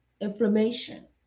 inflammation